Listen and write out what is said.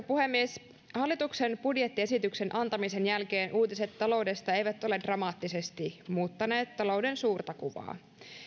puhemies hallituksen budjettiesityksen antamisen jälkeen uutiset taloudesta eivät ole dramaattisesti muuttaneet talouden suurta kuvaa